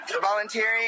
volunteering